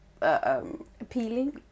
appealing